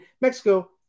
Mexico